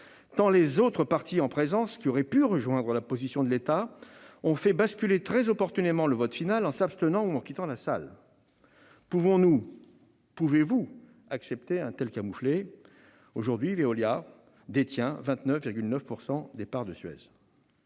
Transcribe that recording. tant les autres parties, qui auraient pu rejoindre leur position, ont fait basculer très opportunément le vote final en s'abstenant ou en quittant la salle. Pouvons-nous, pouvez-vous, accepter un tel camouflet ? Aujourd'hui, Veolia détient 29,9 % des parts de Suez.